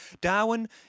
Darwin